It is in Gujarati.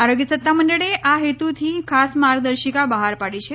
આરોગ્ય સત્તામંડળે આ હેતુથી ખાસ માર્ગદર્શિકા બહાર પાડી છે